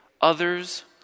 others